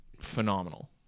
phenomenal